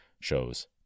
shows